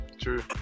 True